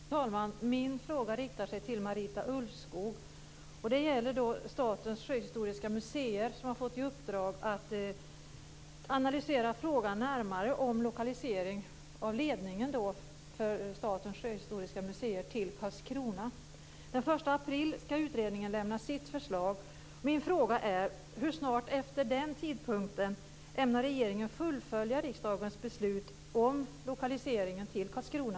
Fru talman! Min fråga riktar sig till Marita Ulvskog. Det gäller Statens sjöhistoriska museer som har fått i uppdrag att analysera frågan om lokalisering av ledningen för Statens sjöhistoriska museer till Karlskrona. Den 1 april skall utredningen lämna sitt förslag. Min fråga är: Hur snart efter den tidpunkten ämnar regeringen fullfölja riksdagens beslut om lokaliseringen till Karlskrona?